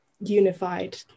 unified